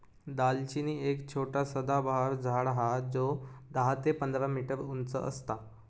दालचिनी एक छोटा सदाबहार झाड हा जो दहा ते पंधरा मीटर उंच असता